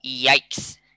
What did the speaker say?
Yikes